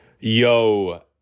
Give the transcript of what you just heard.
Yo